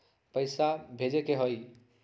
पैसा भेजे के हाइ?